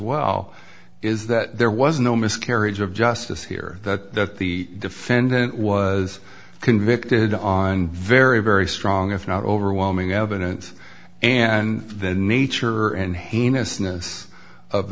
well is that there was no miscarriage of justice here that the defendant was convicted on very very strong if not overwhelming evidence and the nature and heinous